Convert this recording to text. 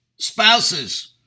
Spouses